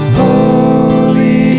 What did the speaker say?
holy